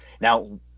now